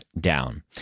down